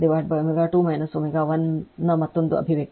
ಆದ್ದರಿಂದ ಇದು 1 Q0 ಅಥವಾ Q0 W 0 Q0 W 0 ನ ಮತ್ತೊಂದು ಅಭಿವ್ಯಕ್ತಿ